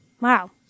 Wow